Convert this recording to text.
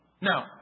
No